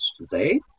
today